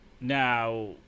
now